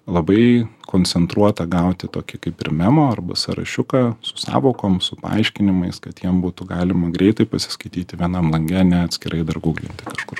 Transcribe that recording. labai koncentruotą gauti tokį kaip ir memo arba sąrašiuką su sąvokom su paaiškinimais kad jiem būtų galima greitai pasiskaityti vienam lange ne atskirai dar guglinti kažkur